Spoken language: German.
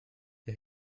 ihr